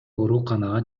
ооруканага